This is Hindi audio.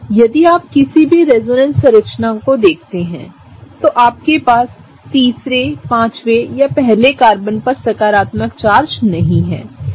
यदि आप किसी भी रेजोनेंस संरचनाओं में देखते हैं तो आपके पासतीसरेऔर पांचवें कार्बन या पहले कार्बनपर सकारात्मक चार्ज नहीं है